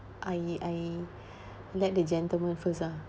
I I let the gentleman first ah